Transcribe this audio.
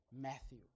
Matthew